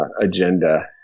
agenda